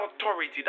authority